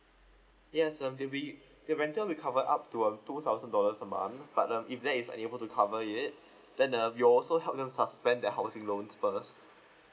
yes um the re~ the rental we cover up to uh two thousand dollars a month but um if that is unable to cover it then uh we also help them suspend the housing loans first